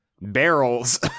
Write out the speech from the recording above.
barrels